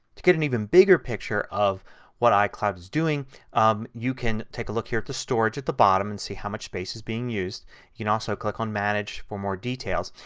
to get an even bigger picture of what icloud is doing um you can take a look here at the storage at the bottom and see how much space is being. you can also click on manage for more details.